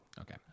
Okay